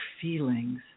feelings